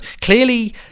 clearly